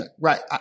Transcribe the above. Right